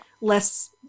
less